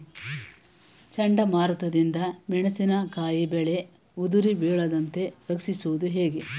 ಚಂಡಮಾರುತ ದಿಂದ ಮೆಣಸಿನಕಾಯಿ ಬೆಳೆ ಉದುರಿ ಬೀಳದಂತೆ ರಕ್ಷಿಸುವುದು ಹೇಗೆ?